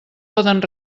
poden